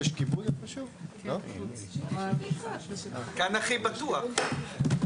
(הישיבה נפסקה בשעה 20:00 ונתחדשה בשעה 20:08.)